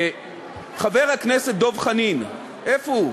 חבר הכנסת דב חנין, איפה הוא?